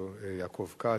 יעקב כץ.